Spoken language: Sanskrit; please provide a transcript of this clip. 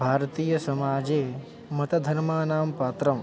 भारतीयसमाजे मतधर्माणां पात्रम्